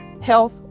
Health